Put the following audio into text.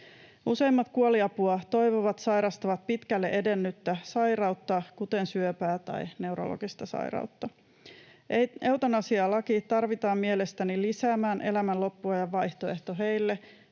Useimmat kuolinapua toivovat sairastavat pitkälle edennyttä sairautta, kuten syöpää tai neurologista sairautta. Eutanasialaki tarvitaan mielestäni lisäämään elämän loppuajan vaihtoehto heille,